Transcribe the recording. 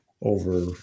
over